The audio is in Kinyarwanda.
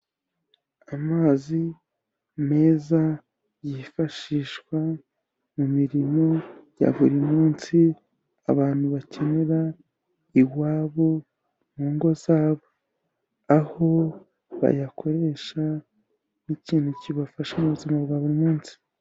Amazi meza yifashishwa mu mirimo ya buri munsi abantu bakenera iwabo mu ngo zabo, aho bayakoresha nk'ikintu kibafasha mu buzima bwa buri munsi.